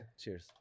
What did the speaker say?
Cheers